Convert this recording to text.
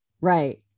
Right